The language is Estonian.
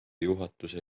juhatuse